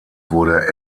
wurde